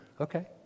Okay